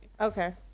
Okay